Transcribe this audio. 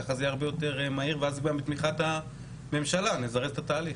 ככה זה יהיה הרבה יותר מהיר ואז גם בתמיכת הממשלה נזרז את התהליך.